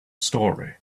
story